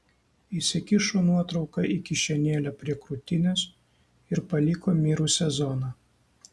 įsikišo nuotrauką į kišenėlę prie krūtinės ir paliko mirusią zoną